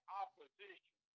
opposition